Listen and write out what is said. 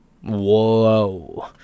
Whoa